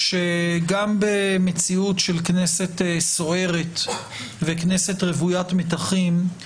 שגם במציאות של כנסת סוערת וכנסת רוויית מתחים,